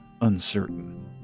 uncertain